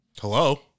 Hello